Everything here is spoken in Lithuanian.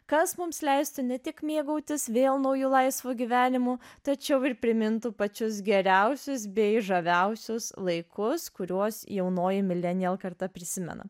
kas mums leistų ne tik mėgautis vėl nauju laisvu gyvenimu tačiau ir primintų pačius geriausius bei žaviausius laikus kuriuos jaunoji millennial karta prisimena